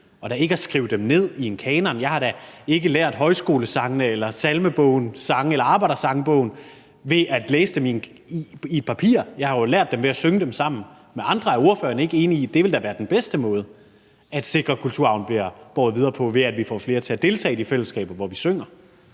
og da ikke at skrive dem ned i en kanon. Jeg har da ikke lært højskolesangene eller sangene i Salmebogen eller Arbejdersangbogen ved at læse dem på papir. Jeg har jo lært dem ved at synge dem sammen med andre. Er ordføreren ikke enig i, at det da vil være den bedste måde at sikre, at kulturarven bliver båret videre på, at vi får flere til at deltage i de selskaber, hvor vi synger?